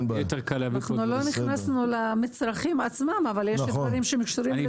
אנחנו לא נכנסנו למצרכים עצמם אבל יש דברים שהם קשורים לתינוקות,